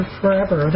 forever